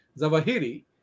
Zawahiri